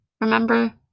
remember